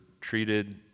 treated